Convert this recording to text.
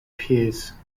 peers